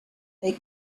they